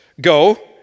go